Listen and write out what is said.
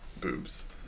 boobs